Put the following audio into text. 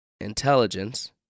intelligence